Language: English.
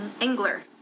Engler